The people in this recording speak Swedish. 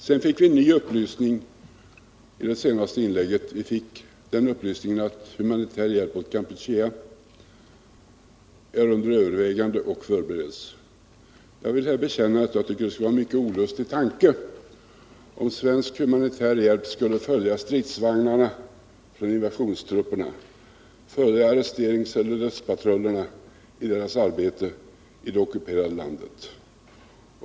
Sedan fick vi en ny upplysning i det senaste inlägget, nämligen att humanitär hjälp åt Kampuchea är under övervägande och förbereds. Jag vill här bekänna att jag tycker att det skulle vara en mycket olustig tanke om svensk humanitär hjälp skulle följa stridsvagnarna eller invasionstrupperna, följa arresteringseller dödspatrullerna i deras arbete i det ockuperade landet.